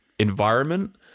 environment